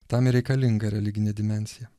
tam ir reikalinga religinė dimensija